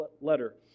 letter